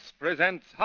Presents